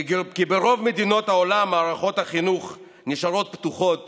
כי ברוב מדינות העולם מערכות החינוך נשארות פתוחות